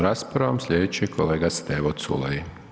raspravom, slijedeći je kolega Stevo Culej.